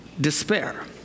despair